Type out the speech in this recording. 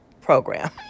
program